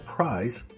Prize